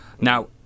Now